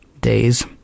days